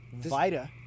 Vita